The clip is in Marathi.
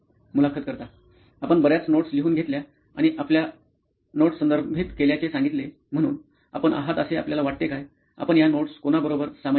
मुलाखतकर्ता आपण बर्याच नोट्स लिहून घेतल्या आणि आपल्या नोटा संदर्भित केल्याचे सांगितले म्हणून आपण आहात असे आपल्याला वाटते काय आपण या नोट्स कोणाबरोबर सामायिक करता